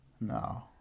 No